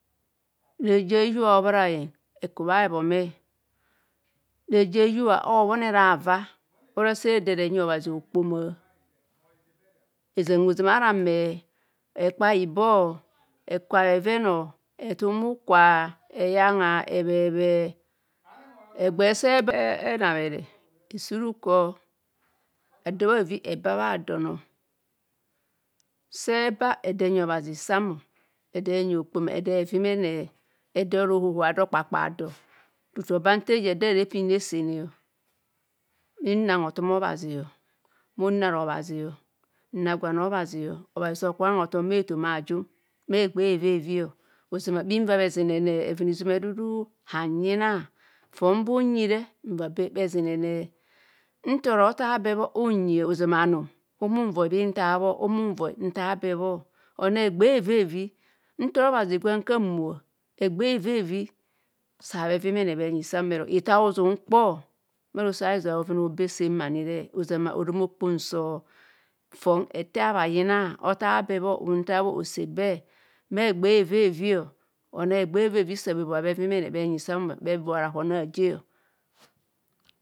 Reje a hiyubha hobhorayeng eku bhaa hebhome reje a hiyubha hobhonda va ora sa ehera ezam hozaam ara ame ekpai ibo ekwa bheven ethum bhukwa eyenga ebheebhee egbee je enabhere esi ruko ado bhaavi eba bhaa dono se ba eda nyi obhazi sam ede enyi hokpoma eda evimene tutu oba nta reje ada ara rebine resene bhinang hotomobhazi bhunaar obhazi nra gwan obhazi obhazi se okubho onang hothom bha ethoma aajum bha egbee eveevi izamn bhinva bhezinene hevene izuma idudu hanyina fon baa unyire nva be bhezinene nta ora othaabe bho unyi o ozama anum homunvoi bhintha bho homunvoi nthabhe unthaabho ose be onang egbeevi sa bhebhoa bhenyi sam bhe bhoa rahon aji o.